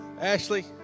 Ashley